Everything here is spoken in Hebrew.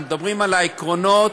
אנחנו מדברים על העקרונות,